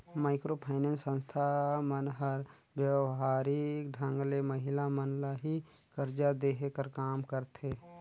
micro finance संस्था मन हर बेवहारिक ढंग ले महिला मन ल ही करजा देहे कर काम करथे